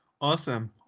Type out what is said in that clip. Awesome